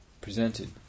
presented